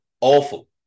awful